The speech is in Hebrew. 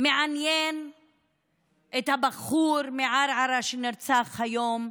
מעניין הבחור מערערה שנרצח היום,